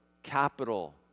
capital